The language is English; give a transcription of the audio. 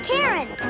Karen